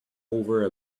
over